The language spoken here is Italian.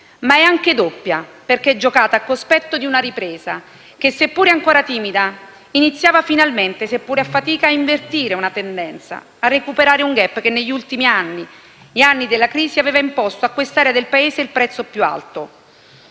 ma anche doppia, perché giocata al cospetto di una ripresa che, seppure ancora timida, iniziava finalmente, seppure a fatica, a invertire una tendenza; a recuperare un *gap* che negli ultimi anni, gli anni della crisi, aveva imposto a quest'area del Paese il prezzo più alto,